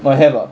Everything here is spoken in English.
oh have ah